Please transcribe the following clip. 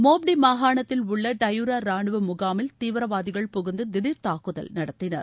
Mopti மாகாணத்தில் உள்ள Dioura ராணுவ முகாமில் தீவிரவாதிகள் புகுந்து திடீர் தாக்குதல் நடத்தினர்